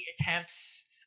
attempts